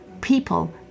people